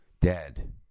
dead